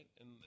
right